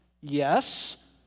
Yes